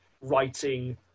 writing